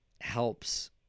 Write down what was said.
helps